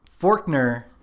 Forkner